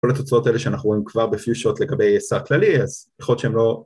‫כל התוצאות האלה שאנחנו רואים ‫כבר ב-few shot לגבי הישר כללי, ‫אז יכול להיות שהן לא...